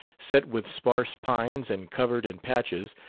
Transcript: set with sparse pines and covered, in patches,